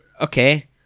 okay